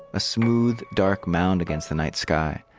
a smooth, dark mound against the night sky.